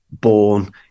born